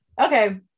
Okay